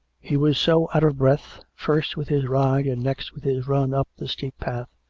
he was so out of breath, first with his ride and next with his run up the steep path,